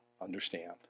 understand